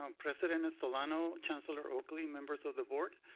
um president estolano, chancellor oakley, members of the board.